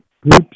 groups